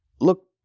look